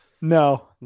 no